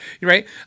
right